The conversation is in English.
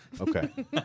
okay